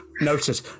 Noted